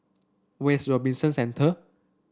where is Robinson Centre